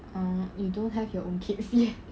oh you don't have your own kids yet